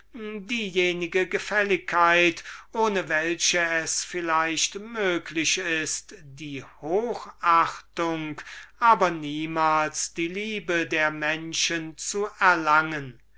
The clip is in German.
diejenige gefälligkeit ohne welche es vielleicht möglich ist die hochachtung aber niemals die liebe der menschen zu erlangen